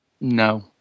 No